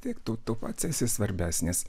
tik tu tu pats esi svarbesnis